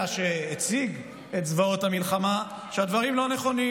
שהציג את זוועות המלחמה שהדברים לא נכונים.